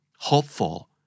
Hopeful